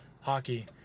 hockey